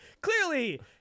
clearly